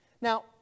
Now